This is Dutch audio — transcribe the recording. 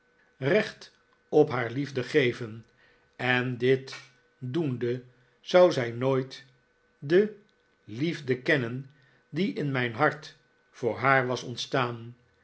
recht op haar liefde geven en dit doende zou zij nooit de liefde kennen die in mijn hart voor haar was ontstaan